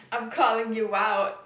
I'm calling you out